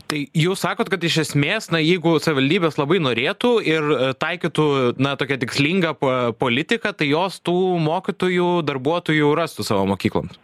tai jūs sakot kad iš esmės na jeigu savivaldybės labai norėtų ir taikytų na tokia tikslinga pa politika tai jos tų mokytojų darbuotojų rastų savo mokykloms